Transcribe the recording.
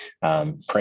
pray